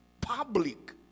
public